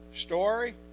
Story